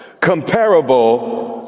comparable